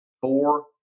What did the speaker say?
four